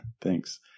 Thanks